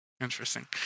interesting